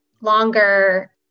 longer